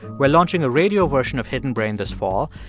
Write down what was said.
we're launching a radio version of hidden brain this fall,